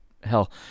hell